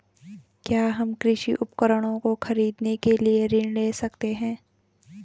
क्या हम कृषि उपकरणों को खरीदने के लिए ऋण ले सकते हैं?